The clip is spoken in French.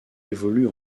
évolue